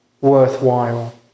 worthwhile